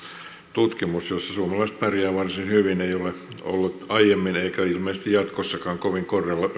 tutkimus jossa suomalaiset pärjäävät varsin hyvin ei ole ollut aiemmin eikä ole ilmeisesti jatkossakaan kovin